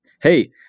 Hey